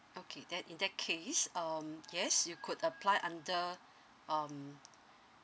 okay then in that case um yes you could apply under um